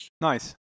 Nice